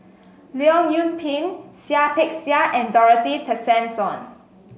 Leong Yoon Pin Seah Peck Seah and Dorothy Tessensohn